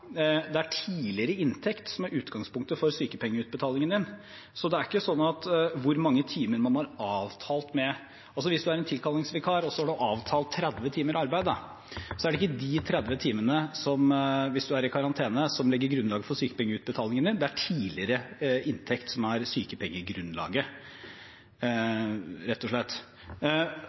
hvor mange timer man har avtalt. Hvis du er en tilkallingsvikar, og så har du avtalt 30 timer arbeid, er det ikke de 30 timene, hvis du er i karantene, som legger grunnlaget for sykepengeutbetalingen din. Det er tidligere inntekt som er sykepengegrunnlaget, rett og slett.